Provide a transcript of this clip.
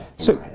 so,